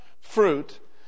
fruit